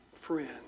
friend